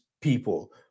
people